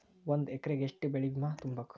ಒಂದ್ ಎಕ್ರೆಗ ಯೆಷ್ಟ್ ಬೆಳೆ ಬಿಮಾ ತುಂಬುಕು?